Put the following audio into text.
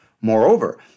Moreover